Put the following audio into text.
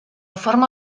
forma